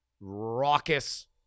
raucous